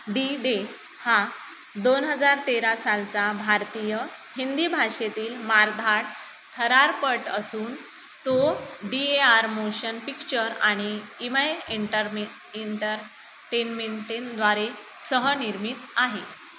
D Day हा दोन हजार तेरा सालचा भारतीय हिंदी भाषेतील मारधाड थरारपट असून तो D A R motion picture आणि इमआय इंटरमि इंटरटेनमेंटेनद्वारे सहनिर्मित आहे